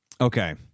okay